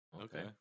Okay